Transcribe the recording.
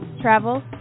travel